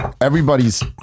everybody's